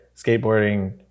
skateboarding